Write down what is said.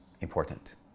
important